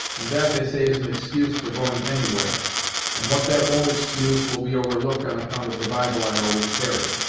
and that they say is an excuse for going anywhere and what that won't excuse, will be overlooked on account of the bible i always carry.